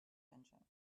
engine